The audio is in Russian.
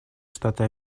штаты